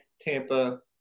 Tampa